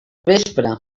vespre